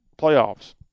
playoffs